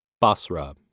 Basra